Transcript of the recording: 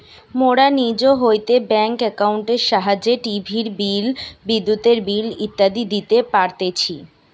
মোরা নিজ হইতে ব্যাঙ্ক একাউন্টের সাহায্যে টিভির বিল, বিদ্যুতের বিল ইত্যাদি দিতে পারতেছি